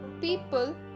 people